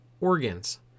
organs